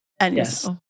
Yes